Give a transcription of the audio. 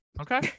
Okay